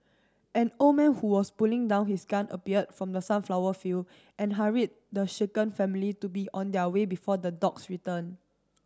an old man who was putting down his gun appeared from the sunflower field and hurried the shaken family to be on their way before the dogs return